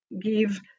give